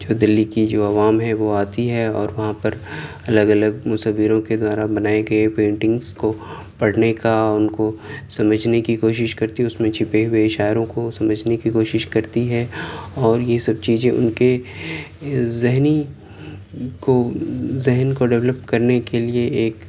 جو دلّى كى جو عوام ہے وہ آتی ہے اور وہاں پر الگ الگ مصوروں کے دوارا بنائے گیے پینٹنگس کو پڑھنے کا ان کو سمجھنے کی كوشش كرتى ہے اس ميں چُھپے ہوئے اشاروں كو سمجھنے كى کوشش کرتی ہے اور یہ سب چیزیں ان کے ذہنی کو ذہن کو ڈیولپ کرنے کے لیے ایک